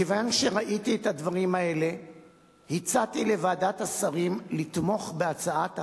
כיוון שראיתי את הדברים האלה הצעתי לוועדת השרים לתמוך בהצעת החוק.